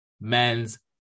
Men's